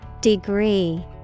Degree